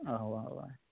اَوا اَوا